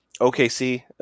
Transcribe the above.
OKC